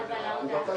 והאם זה מוצה.